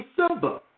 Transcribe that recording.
December